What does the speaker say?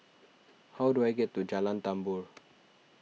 how do I get to Jalan Tambur